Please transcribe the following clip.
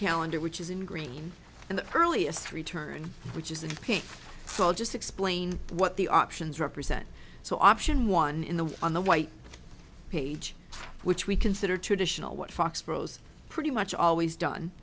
calendar which is in green and the earliest return which is in the pink so i'll just explain what the options represent so option one in the on the white page which we consider traditional what fox throws pretty much always done